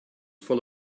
full